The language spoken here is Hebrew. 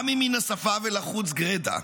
גם אם מן השפה ולחוץ גרידא,